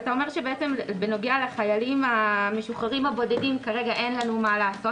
אתה אומר שלגבי החיילים המשוחררים הבודדים כרגע אין לנו מה לעשות,